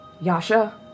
Yasha